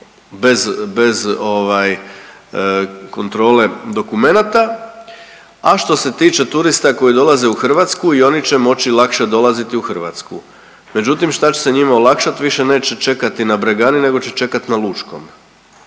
ovaj kontrole dokumenata, a što se tiče turista koji dolaze u Hrvatsku i oni će moći lakše dolaziti u Hrvatsku. Međutim, šta će se njima olakšati? Više neće čekati na Bregani nego će čekati na Lučkom,